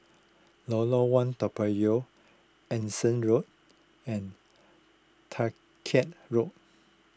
Lorong one Toa Payoh Anson Road and Dalkeith Road